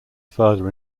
further